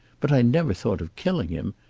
but i never thought of killing him.